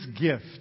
gift